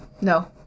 No